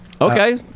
Okay